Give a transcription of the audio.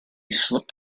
slipped